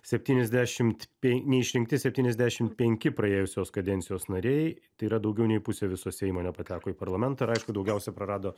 septyniasdešim pe neišrinkti septyniasdešim penki praėjusios kadencijos nariai tai yra daugiau nei pusė viso seimo nepateko į parlamentą ir aišku daugiausia prarado